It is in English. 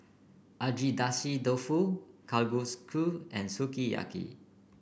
Agedashi Dofu Kalguksu and Sukiyaki